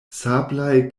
sablaj